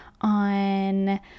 on